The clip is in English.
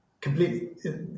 Completely